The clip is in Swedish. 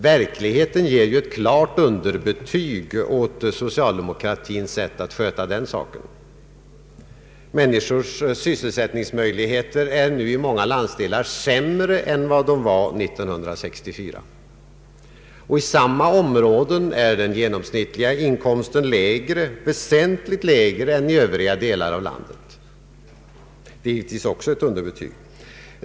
Verkligheten ger ett klart underbetyg åt socialdemokratins sätt att sköta lokaliseringspolitiken med tanke på den målsättningen. Människors sysselsättningsmöjligheter är nu i många landsdelar sämre än vad de var 1964. I samma områden är den genomsnittliga inkomsten väsentligt lägre än i övriga delar av landet. Det är givetvis också ett underbetyg.